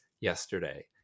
yesterday